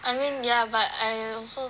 I mean ya but I also